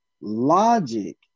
logic